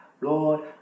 Lord